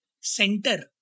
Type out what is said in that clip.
Center